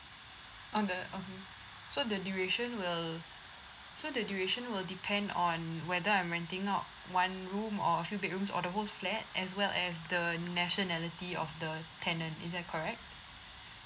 on the um so the duration will so the duration will depend on whether I'm renting out one room or a few bedrooms or the whole flat as well as the nationality of the tenant is that correct